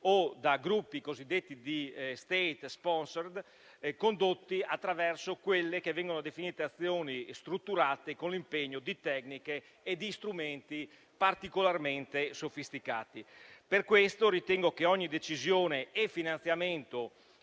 o da gruppi cosiddetti di *State-sponsored*, condotti attraverso quelle che vengono definite azioni strutturate con l'impegno di tecniche e di strumenti particolarmente sofisticati. Ritengo pertanto che ogni decisione e finanziamento